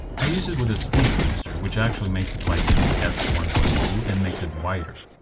i use it with a speedbooster which actually makes it like an f one point two and makes it wider.